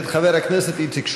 הכנסת,